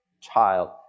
child